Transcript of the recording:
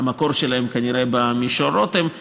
שהמקור שלהם כנראה במישור רותם.